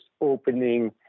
opening